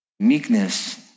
Meekness